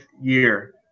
year